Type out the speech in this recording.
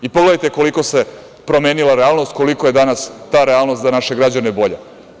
Pogledajte koliko se promenila realnost, koliko je danas ta realnost za naše građane bolja.